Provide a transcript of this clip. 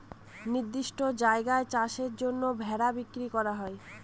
নির্দিষ্ট জায়গায় চাষের জন্য ভেড়া বিক্রি করা হয়